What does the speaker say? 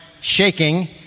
shaking